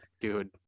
dude